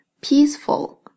Peaceful